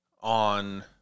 on